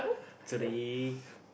three